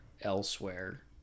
elsewhere